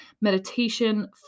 meditation